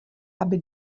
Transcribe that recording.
aby